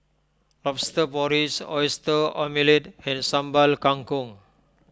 Lobster Porridge Oyster Omelette and Sambal Kangkong